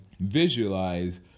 visualize